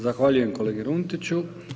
Zahvaljujem kolegi Runtiću.